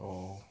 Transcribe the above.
orh